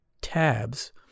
tabs